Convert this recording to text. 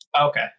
Okay